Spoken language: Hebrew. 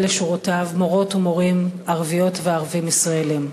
לשורותיו מורות ומורים ערביות וערבים ישראלים.